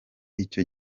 icyo